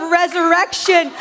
resurrection